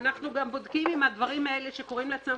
אנחנו גם בודקים אם הדברים האלה שקוראים לעצמם